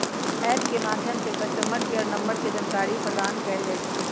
app के माध्यम से कस्टमर केयर नंबर के जानकारी प्रदान कएल जाइ छइ